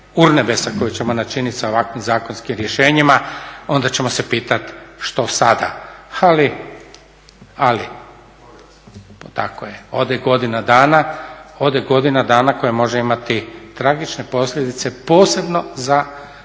urnebesa koji ćemo načiniti s ovakvim zakonskim rješenjima, onda ćemo se pitati, što sada? Ali… … /Upadica se ne čuje./ … Tako je, ode godina dana koja može imati tragične posljedice, posebno za